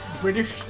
British